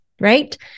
right